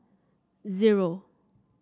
zero